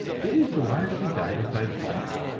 it is largely guided by bulk.